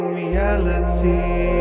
reality